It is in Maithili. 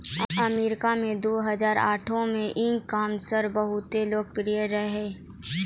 अमरीका मे दु हजार आठो मे ई कामर्स बहुते लोकप्रिय रहै